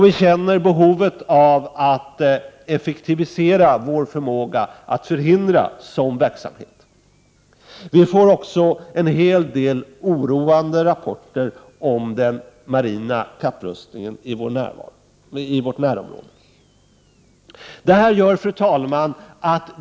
Vi känner behovet av att effektivisera vår förmåga att förhindra sådan verksamhet. Vi får också en hel del oroande rapporter om den marina kapprustningen i vårt närområde. Fru talman!